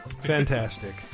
Fantastic